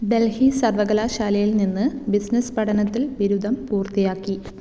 ഡൽഹി സർവകലാശാലയിൽ നിന്ന് ബിസിനസ് പഠനത്തിൽ ബിരുദം പൂർത്തിയാക്കി